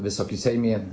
Wysoki Sejmie!